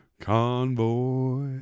Convoy